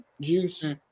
juice